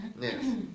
Yes